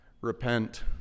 repent